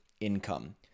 income